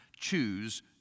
choose